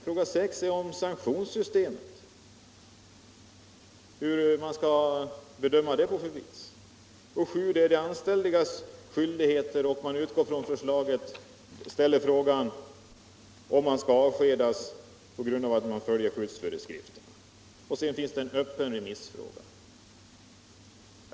Fråga 6 gäller hur sanktionssystemet skall bedömas. Fråga 7 avser de anställdas skyldigheter. Där ställs med utgångspunkt i utredningsförslaget frågan om man skall avskedas på grund av att man inte följer skyddsföreskrifterna. Dessutom finns det en öppen remissfråga.